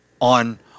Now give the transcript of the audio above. on